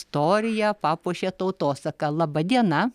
istoriją papuošė tautosaka laba diena